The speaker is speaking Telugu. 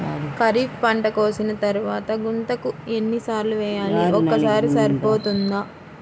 ఖరీఫ్ పంట కోసిన తరువాత గుంతక ఎన్ని సార్లు వేయాలి? ఒక్కసారి సరిపోతుందా?